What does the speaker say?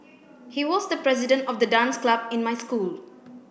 he was the president of the dance club in my school